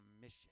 mission